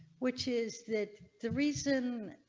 which is that the reason.